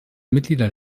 mitglieder